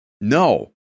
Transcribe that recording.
No